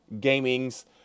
Gaming's